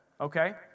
okay